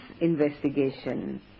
investigation